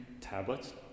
tablets